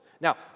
Now